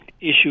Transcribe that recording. issue